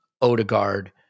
Odegaard